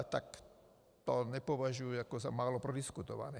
Tak to nepovažuji za málo prodiskutované.